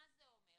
מה זה אומר?